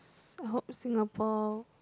I hope Singapore